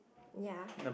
ya